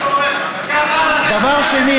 דבר שני,